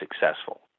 successful